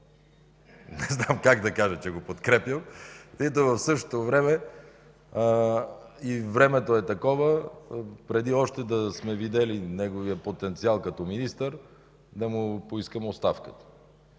не знам как да кажа, че го подкрепям, нито в същото време... А и времето е такова – преди още да сме видели неговия потенциал като министър, да му поискам оставката.